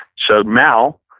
so mao,